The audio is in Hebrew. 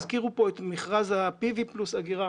הזכירו כאן את מכרז ה-פי.וי פלוס אגירה,